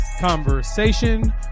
conversation